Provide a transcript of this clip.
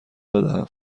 بدهم